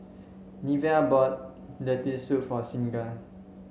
Neva bought Lentil Soup for Signa